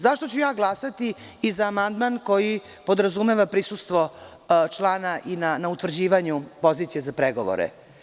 Zašto ću ja glasati i za amandman koji podrazumeva prisustvo člana i na utvrđivanju pozicije za pregovore?